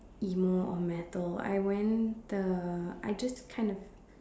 emo or metal I went the I just kind of